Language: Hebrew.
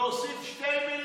להוסיף שתי מילים,